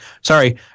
Sorry